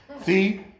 See